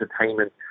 entertainment